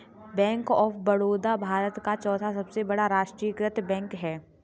bank of Baroda Bharat का चौथा सबसे बड़ा राष्ट्रीयकृत बैंक है